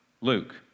Luke